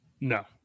No